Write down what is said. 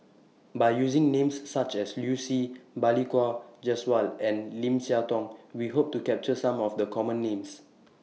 By using Names such as Liu Si Balli Kaur Jaswal and Lim Siah Tong We Hope to capture Some of The Common Names